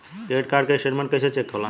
Credit card के statement कइसे check होला?